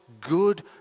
good